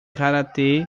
karatê